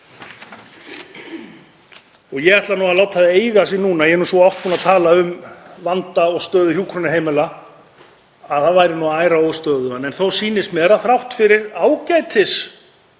Ég ætla að láta það eiga sig núna, ég er svo oft búinn að tala um vanda og stöðu hjúkrunarheimila að það væri nú að æra óstöðugan, en þó sýnist mér að þrátt fyrir ágætisátak